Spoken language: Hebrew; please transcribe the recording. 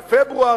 בפברואר,